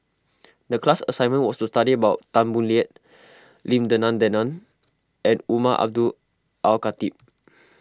the class assignment was to study about Tan Boo Liat Lim Denan Denon and Umar Abdullah Al Khatib